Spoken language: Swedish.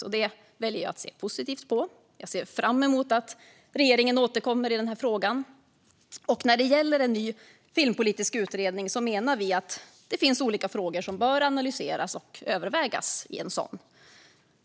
Jag väljer att se positivt på det och ser fram emot att regeringen återkommer i denna fråga. Vi menar att det finns olika frågor som bör analyseras och övervägas i en ny filmpolitisk utredning.